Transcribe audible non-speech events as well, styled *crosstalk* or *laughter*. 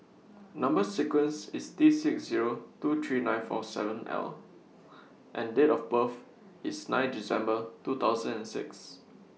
Number sequence IS T six Zero two three nine four seven L *noise* and Date of birth IS nine December two thousand and six